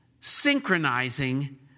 synchronizing